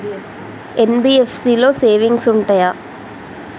NBFC లో savings ఉంటయా?